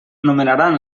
nomenaran